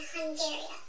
Hungary